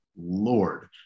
Lord